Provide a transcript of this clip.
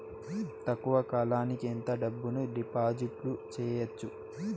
తక్కువ కాలానికి ఎంత డబ్బును డిపాజిట్లు చేయొచ్చు?